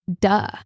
duh